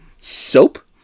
soap